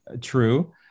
true